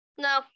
no